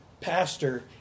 pastor